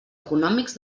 econòmics